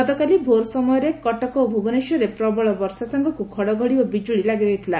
ଗତକାଲି ଭୋର ସମୟରେ କଟକ ଓ ଭୁବନେଶ୍ୱରରେ ପ୍ରବଳ ବର୍ଷା ସାଙ୍ଙକୁ ଘଡଘଡି ବିଜୁଳି ଲାଗି ରହିଥିଲା